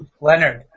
Leonard